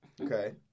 Okay